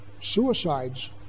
suicides